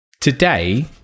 today